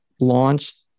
Launched